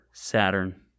Saturn